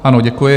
Ano, děkuji.